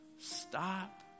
stop